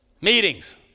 Meetings